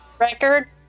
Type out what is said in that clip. Record